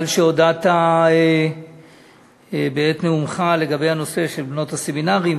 על שהודעת בעת נאומך לגבי הנושא של בנות הסמינרים,